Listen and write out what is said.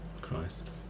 Christ